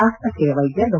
ಆಸ್ಪತ್ತೆಯ ವೈದ್ಯ ಡಾ